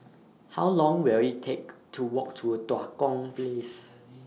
How Long Will IT Take to Walk to Tua Kong Place